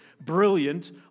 brilliant